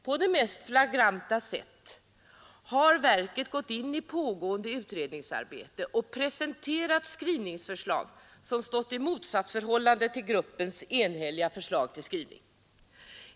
På det mest flagranta sätt har verket gått in i pågående utredningsarbete och presenterat skrivningsförslag som stått i motsatsförhållande till gruppens enhälliga förslag till skrivning.